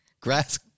Grass